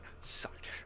sucked